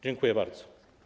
Dziękuję bardzo.